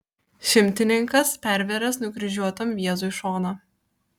šimtininkas pervėręs nukryžiuotam jėzui šoną